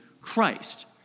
Christ